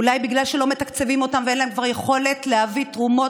אולי בגלל שלא מתקצבים אותם ואין להם כבר יכולת להביא תרומות,